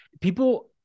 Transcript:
people